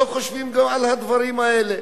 לא חושבים גם על הדברים האלה,